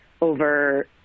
Over